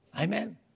amen